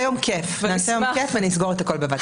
נעשה יום כיף ונסגור הכול בבת אחת.